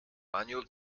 manual